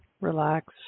relax